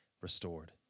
restored